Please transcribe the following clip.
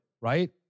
right